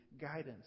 guidance